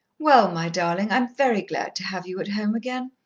well, my darling, i'm very glad to have you at home again.